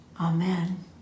Amen